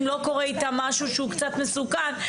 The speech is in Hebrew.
לא קורה איתם משהו שהוא קצת מסוכן,